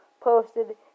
posted